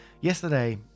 Yesterday